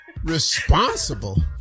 Responsible